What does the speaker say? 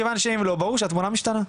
מכיוון שאם לא אז זה ברור שהתמונה משתנה.